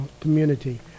community